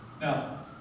Now